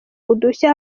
udushya